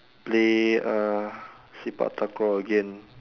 play uh sepak-takraw again